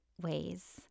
ways